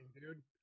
dude